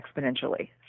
exponentially